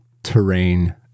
terrain